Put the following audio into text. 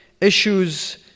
issues